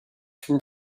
from